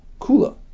Kula